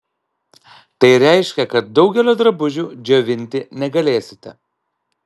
tai reiškia kad daugelio drabužių džiovinti negalėsite